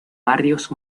barrios